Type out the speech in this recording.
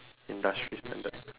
industry standard